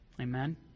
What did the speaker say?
Amen